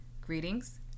Greetings